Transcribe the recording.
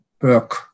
work